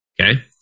Okay